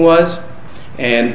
was and